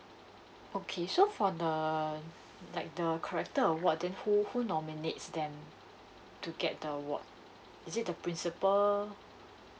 okay so for the like the character award then who who nominates them to get the award is it the principal